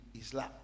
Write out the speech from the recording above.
Islam